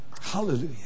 Hallelujah